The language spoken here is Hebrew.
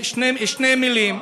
שתי מילים.